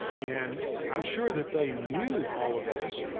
and i'm sure that they knew all of this,